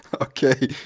Okay